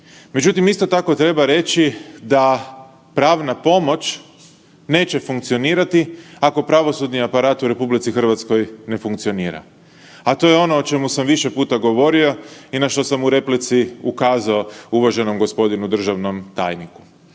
Međutim, isto tako treba reći da pravna pomoć neće funkcionirati ako pravosudni aparat u RH ne funkcionira, a to je ono o čemu sam više puta govorio i na što sam u replici ukazao uvaženom gospodinu državnom tajniku.